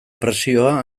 presioa